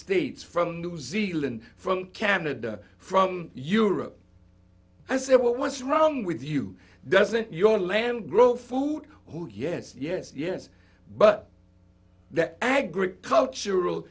states from new zealand from canada from europe i say what was wrong with you doesn't your land grow food who yes yes yes but that agricultural